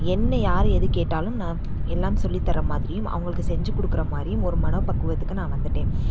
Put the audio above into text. என்ன யார் எது கேட்டாலும் நான் எல்லாம் சொல்லித் தர்ற மாதிரியும் அவங்களுக்கு செஞ்சு கொடுக்குற மாதிரியும் ஒரு மனப்பக்குவத்துக்கு நான் வந்துவிட்டேன்